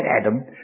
Adam